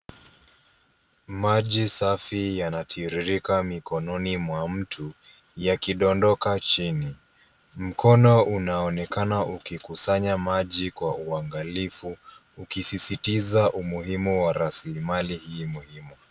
Maji safi yanatiririka mikononi mwa mtu yakidondoka chini. Mkono unaonekana ukikusanya maji kwa uangalifu ukisisitizi umuhimu wa rasilimali hii muhimu.